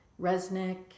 Resnick